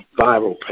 viral